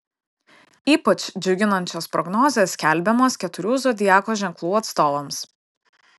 ypač džiuginančios prognozės skelbiamos keturių zodiako ženklų atstovams